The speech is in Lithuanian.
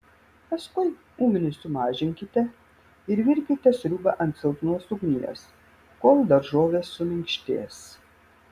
paskui ugnį sumažinkite ir virkite sriubą ant silpnos ugnies kol daržovės suminkštės